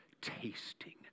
tasting